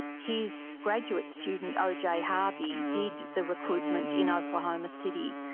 his graduate student, oj harvey, did the recruitment in oklahoma city.